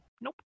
Nope